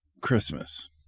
christmas